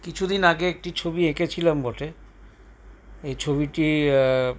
কিছুদিন আগে একটি ছবি এঁকেছিলাম বটে এই ছবিটি